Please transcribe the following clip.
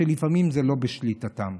שלפעמים זה לא בשליטתם,